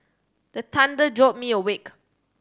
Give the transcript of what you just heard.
the thunder jolt me awake